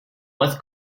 was